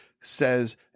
says